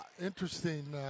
interesting